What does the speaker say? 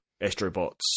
astrobots